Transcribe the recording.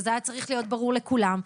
וזה היה צריך להיות ברור לכולם.